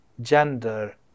gender